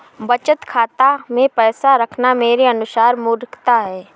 बचत खाता मैं पैसा रखना मेरे अनुसार मूर्खता है